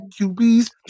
QBs